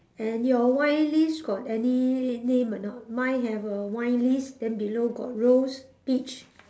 and your wine list got any name or not mine have a wine list then below got rose peach